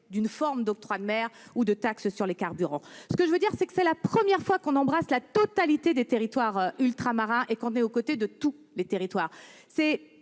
d'une forme d'octroi de mer ou de taxes sur les carburants. Par conséquent, c'est la première fois que l'on embrasse la totalité des territoires ultramarins et que l'on est aux côtés de tous les territoires.